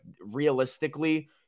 realistically